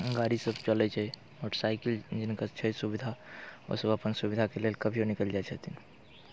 गाड़ीसभ चलैत छै मोटरसाइकिल जिनका छै सुविधा ओसभ अपन सुविधाके लेल कभियो निकलि जाइत छथिन